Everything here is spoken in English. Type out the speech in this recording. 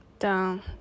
down